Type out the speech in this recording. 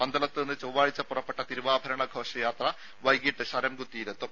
പന്തളത്ത് നിന്ന് ചൊവ്വാഴ്ച പുറപ്പെട്ട തിരുവാഭരണ ഘോഷയാത്ര വൈകീട്ട് ശരംകുത്തിയിലെത്തും